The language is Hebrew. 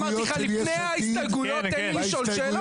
אמרתי לך לפני ההסתייגויות שתיתן לי לשאול שאלות.